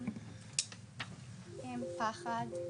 פחד,